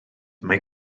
mai